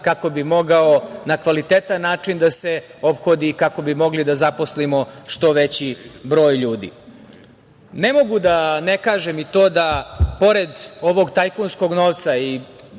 kako bi mogao na kvalitetan način da se ophodi i kako bi mogli da zaposlimo što veći broj ljudi. Ne mogu da ne kažem i to da pored ovog tajkunskog novca i